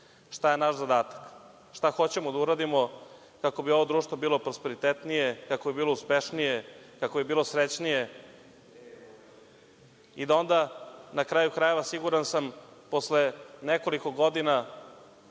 šta je naš zadatak, šta hoćemo da uradimo kako bi ovo društvo bilo prosperitetnije, kako bi bilo uspešnije, kako bi bilo srećnije. I, da onda na kraju krajeva, siguran sam, posle nekoliko godina